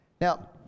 Now